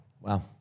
Wow